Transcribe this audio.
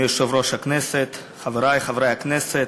אדוני יושב-ראש הכנסת, חברי חברי הכנסת,